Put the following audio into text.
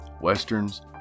westerns